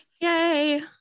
Yay